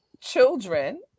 children